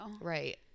Right